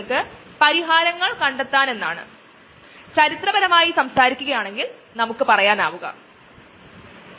1920 കളിലാണ് ഇത് കണ്ടെത്തിയത് വളരെക്കാലം മുമ്പ് പ്രമേഹത്തെ ചികിത്സിക്കാൻ നമുക്ക് ഇത് ഉപയോഗിക്കാമെന്ന് ആളുകൾ ഉടൻ കണ്ടെത്തി